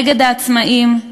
נגד העצמאים,